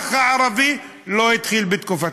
האזרח הערבי לא התחיל בתקופתך,